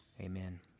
Amen